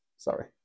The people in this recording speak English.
Sorry